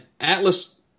Atlas